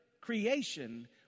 creation